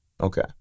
Okay